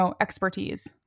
expertise